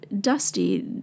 Dusty